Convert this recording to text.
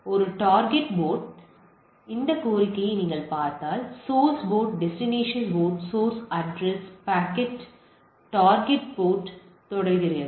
எனவே ஒரு target port இன் கோரிக்கையை நீங்கள் பார்த்தால் source port destination port source address target port தொடர்கிறது